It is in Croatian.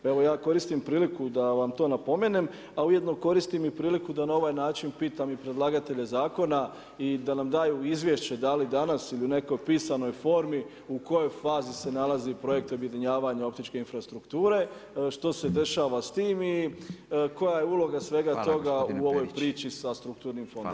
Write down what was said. Pa evo ja koristim priliku da vam to napomenem, a ujedino koristim i priliku da na ovaj način pitam i predlagatelje zakona i da nam daju izvješće, da li danas ili u nekoj pisanoj formi, u kojoj fazi se nalazi projekt objedinjavanja optičke infrastrukture, što se dešava s tim i koja je uloga svega toga u ovoj prići sa strukturnim fondovima?